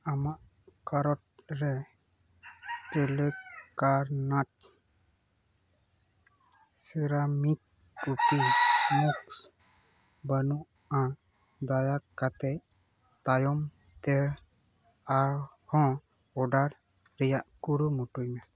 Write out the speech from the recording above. ᱟᱢᱟᱜ ᱠᱟᱨᱚᱴ ᱨᱮ ᱠᱮᱞᱮᱠᱟᱨᱱᱟᱴ ᱥᱮᱨᱟᱢᱤᱠ ᱠᱩᱠᱤ ᱢᱩᱠᱥ ᱵᱟᱱᱩᱜᱼᱟ ᱫᱟᱭᱟ ᱠᱟᱛᱮᱫ ᱛᱟᱭᱚᱢ ᱛᱮ ᱟᱨᱦᱚᱸ ᱚᱰᱟᱠ ᱨᱮᱭᱟᱜ ᱠᱩᱨᱩᱢᱩᱴᱩᱭ ᱢᱮ